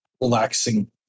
relaxing